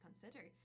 consider